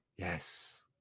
yes